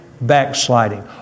backsliding